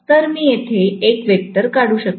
तर मी येथे एक वेक्टर काढू शकते